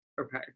Okay